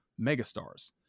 megastars